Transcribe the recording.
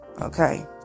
Okay